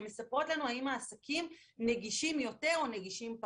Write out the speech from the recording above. הן מספרות לנו האם העסקים נגישים יותר או פחות.